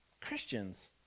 Christians